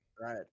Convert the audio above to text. right